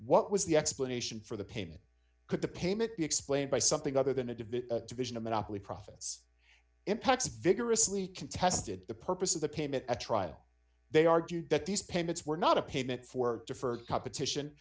what was the explanation for the payment could the payment be explained by something other than a division division of monopoly profits impacts vigorously can tested the purpose of the payment at trial they argued that these payments were not a payment for deferred competition